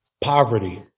Poverty